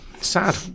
sad